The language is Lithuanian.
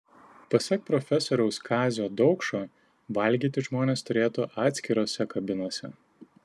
pasak profesoriaus kazio daukšo valgyti žmonės turėtų atskirose kabinose